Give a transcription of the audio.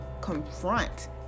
confront